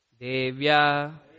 Devya